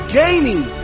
gaining